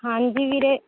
ਹਾਂਜੀ ਵੀਰੇ